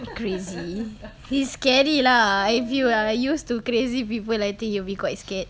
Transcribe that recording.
crazy it's scary lah if you ah used to crazy people I think you'll be quite scared